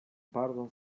pardon